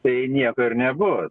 tai nieko ir nebus